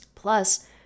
Plus